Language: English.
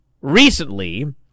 recently